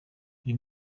uyu